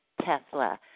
Tesla